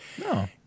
No